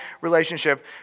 relationship